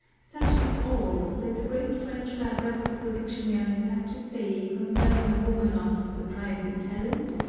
such is all that the great french bio graphical dictionaries have to say concerning a woman of surprising talent,